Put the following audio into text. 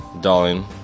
darling